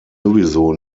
sowieso